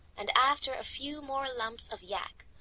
and after a few more lumps of yak,